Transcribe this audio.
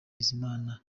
bizimana